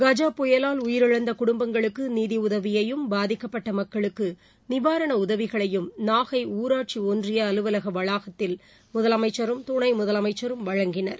கஜ புயலால் உயிரிழந்த குடும்பங்களுக்கு நிதி உதவியையும் பாதிக்கப்பட்ட மக்களுக்கு நிவாரண உதவிகளையுமநாகை ஊராட்சி ஒன்றிய அலுவலக வளாகத்தில் முதலமைச்சரும் துணை முதலமைச்சரும் வழங்கினர்